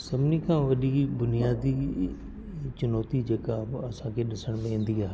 सभिनी खां वॾी की बुनियादी की चुनौती जेका ब असांंखे ॾिसण में ईंदी आहे